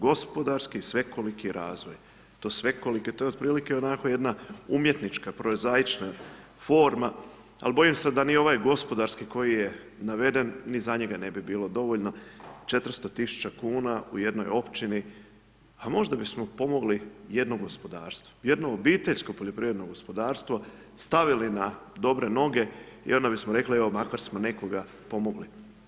Gospodarski, svekoliko razvoj, to svekoliki, to je otprilike onako jedna umjetnička, proizaička forma, ali bojim se da ni ovaj gospodarski koji je naveden, ni za njega ne bi bilo dovoljno 400 tisuća kn u jednoj općini, a možda bismo pomogli jedno gospodarstvo, jedno obiteljsko poljoprivredno gospodarstvo, stavili na dobre noge i onda bismo rekli, evo makar smo nekoga pomogli.